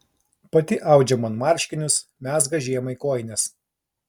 pati audžia man marškinius mezga žiemai kojines